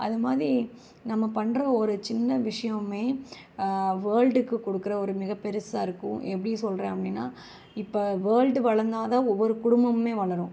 அதுமாதிரி நம்ம பண்ணுற ஒரு சின்ன விஷயமுமே வேர்ல்டுக்கு கொடுக்குற ஒரு மிகப்பெருசாக இருக்கும் எப்படி சொல்கிறேன் அப்படின்னா இப்போ வேர்ல்டு வளர்ந்தாதான் ஒவ்வொரு குடும்பமுமே வளரும்